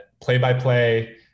play-by-play